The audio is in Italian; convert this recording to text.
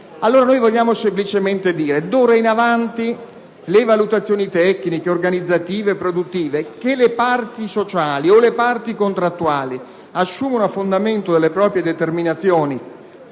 Noi vogliamo semplicemente dire che, d'ora in avanti, le valutazioni tecniche, organizzative e produttive che le parti sociali o le parti contrattuali assumono a fondamento delle proprie determinazioni